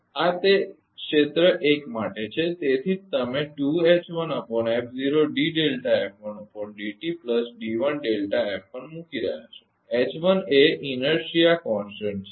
આ તે ક્ષેત્ર એક માટે છે તેથી જ તમે મૂકી રહ્યાં છો એચ 1 એ ઇર્ન્શિયા અચળ છે